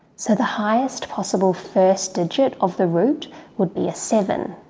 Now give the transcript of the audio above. so the highest possible first digit of the root would be a seven.